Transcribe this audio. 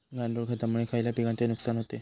गांडूळ खतामुळे खयल्या पिकांचे नुकसान होते?